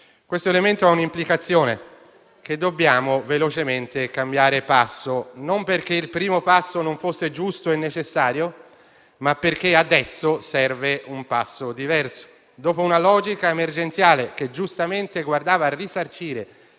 Questo elemento ha un'implicazione: dobbiamo velocemente cambiare passo, non perché il primo non fosse giusto e necessario, ma perché adesso ne serve uno diverso. Da una logica emergenziale, che giustamente mirava a risarcire